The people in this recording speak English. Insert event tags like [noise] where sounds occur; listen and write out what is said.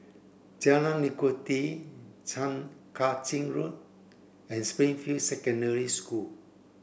Jalan Legundi [unintelligible] Kang Ching Road and Springfield Secondary School